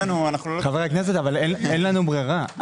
חבר הכנסת, אבל אין לנו ברירה.